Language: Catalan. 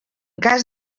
cas